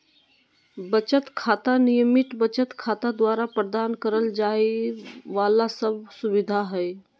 बचत खाता, नियमित बचत खाता द्वारा प्रदान करल जाइ वाला सब सुविधा हइ